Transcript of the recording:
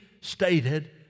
stated